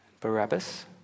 Barabbas